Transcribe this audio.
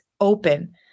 open